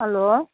hello